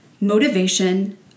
motivation